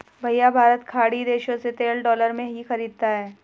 भैया भारत खाड़ी देशों से तेल डॉलर में ही खरीदता है